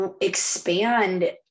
expand